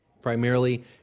Primarily